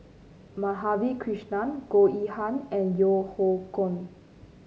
Madhavi Krishnan Goh Yihan and Yeo Hoe Koon